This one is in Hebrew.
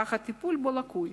אך הטיפול בו לקוי.